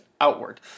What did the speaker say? outward